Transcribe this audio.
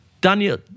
Daniel